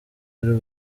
y’u